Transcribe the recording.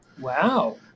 wow